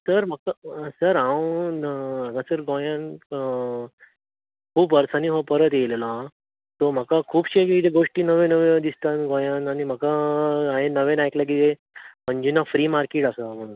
sir म्हाका sir हांव हांगासर गोंयांत खूब वर्सांनी हांगा परत एयलेलो आसा सो म्हाका खुबश्यो गोश्टी नव्यो नव्यो दिसता गोंयान आनी म्हाका हांवें नवें आयकलां की हें अनजुना फ्री मार्केट आसा म्हणून